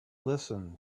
listen